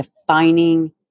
defining